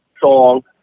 song